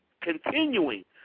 continuing